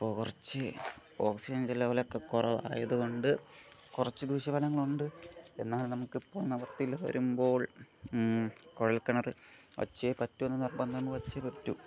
അപ്പോൾ കുറച്ച് ഓക്സിജൻ ലെവലൊക്ക കുറവായതുകൊണ്ട് കുറച്ച് ദൂഷ്യഫലങ്ങൾ ഉണ്ട് എന്നാലും നമുക്ക് ഇപ്പം നിവർത്തിയില്ലാതെ വരുമ്പോൾ കുഴൽ കിണർ വെച്ചേ പറ്റൂ എന്ന് നിർബന്ധം വെച്ചേ പറ്റൂ